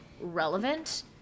relevant